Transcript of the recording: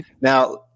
now